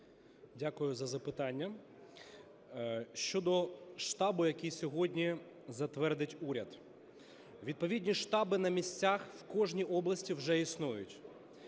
Дякую за запитання. Щодо штабу, який сьогодні затвердить уряд. Відповідні штаби на місцях в кожній області вже існують.